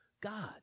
God